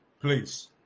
Please